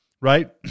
Right